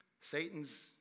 Satan's